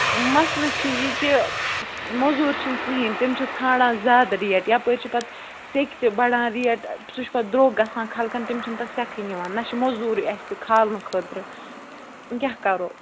مَسلہٕ چھُ یہِ کہِ موٚزوٗر چھِنہٕ کِہیٖنٛۍ تِم چھِ ژھانٛڈان زیادٕ ریٹ یَپٲرۍ چھِ پَتہٕ سٮ۪کہِ تہِ بَڈان ریٹ سُہ چھُ پَتہٕ درٛۅگ گَژھان خَلقن تِم چھِنہٕ تَتھ سٮ۪کھٕے نِوان نہَ چھِ موٚزوٗرٕے اَسہِ کھالنہٕ خٲطرٕ وۅنۍ کیٛاہ کَرو